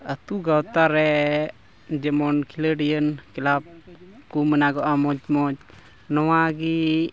ᱟᱹᱛᱩ ᱜᱟᱶᱛᱟ ᱨᱮ ᱡᱮᱢᱚᱱ ᱠᱷᱮᱞᱳᱰᱤᱭᱟᱹ ᱠᱞᱟᱵᱽ ᱠᱚ ᱢᱮᱱᱟᱜᱼᱟ ᱢᱚᱡᱽ ᱢᱚᱡᱽ ᱱᱚᱣᱟ ᱜᱮ